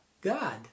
God